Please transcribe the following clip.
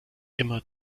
immer